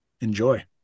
Enjoy